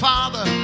Father